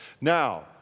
Now